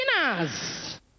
Winners